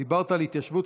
דיברת על התיישבות,